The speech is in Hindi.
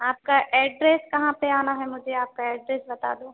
आपका एड्रेस कहाँ पर आना है मुझे आपका एड्रेस बता दो